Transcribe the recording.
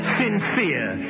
sincere